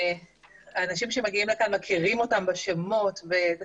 והאנשים שמגיעים לכאן מכירים אותם בשמות ואת